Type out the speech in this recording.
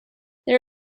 there